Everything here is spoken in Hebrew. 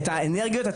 את האנרגיות,